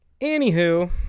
Anywho